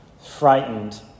frightened